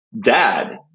dad